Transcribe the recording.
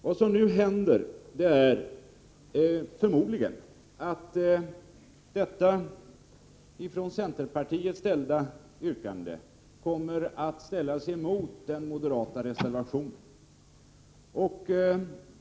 Vad som nu händer är förmodligen att centerpartiets yrkande kommer att ställas mot den moderata reservationen.